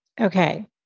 Okay